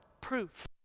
proof